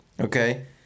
okay